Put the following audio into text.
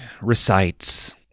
recites